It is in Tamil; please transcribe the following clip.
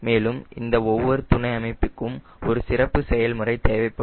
மேலும் இந்த ஒவ்வொரு துணை அமைப்புக்கும் ஒரு சிறப்பு செய்முறை தேவைப்படும்